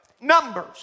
numbers